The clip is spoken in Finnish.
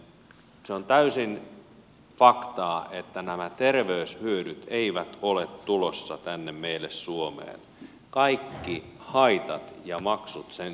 se on täysin faktaa että nämä terveyshyödyt eivät ole tulossa tänne meille suomeen kaikki haitat ja maksut sen sijaan ovat